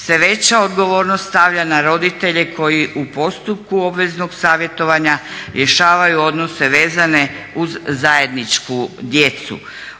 se veća odgovornost stavlja na roditelje koji u postupku o obveznog savjetovanja rješavaju odnose vezane uz zajedničku djecu.